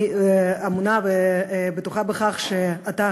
אני מאמינה ובטוחה בכך שאתה,